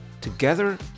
together